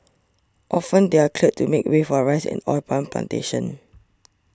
often they are cleared to make way for a Rice and Oil Palm Plantations